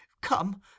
come